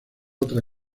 otra